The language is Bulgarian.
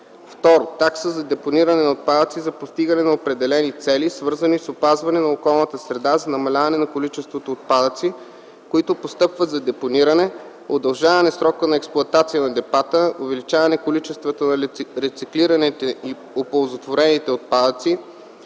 2. Такса за депониране на отпадъци за постигане на определени цели, свързани с опазване на околната среда за намаляване на количествата отпадъци, които постъпват за депониране; удължаване срока на експлоатация на депата; увеличаване количествата на рециклираните и оползотворените отпадъци;